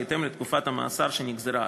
בהתאם לתקופת המאסר שנגזרה עליו.